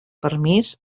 permís